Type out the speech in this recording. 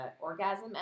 orgasm